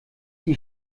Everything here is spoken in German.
die